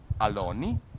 Aloni